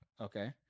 Okay